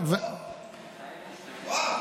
וואו.